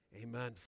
Amen